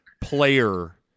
player